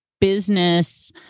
business